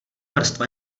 vrstva